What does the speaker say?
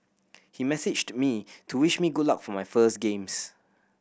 he messaged me to wish me good luck for my first games